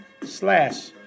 slash